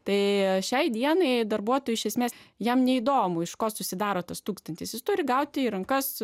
tai šiai dienai darbuotojų iš esmės jam neįdomu iš ko susidaro tas tūkstantis jis turi gauti į rankas